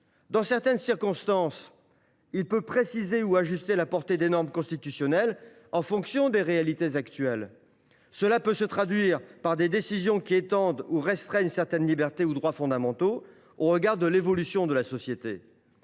Dans certaines circonstances, il peut préciser ou ajuster la portée des normes constitutionnelles en fonction des réalités actuelles. Cela peut se traduire par des décisions qui étendent ou restreignent certaines libertés ou certains droits fondamentaux au regard des transformations de la société.